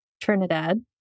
Trinidad